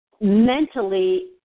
Mentally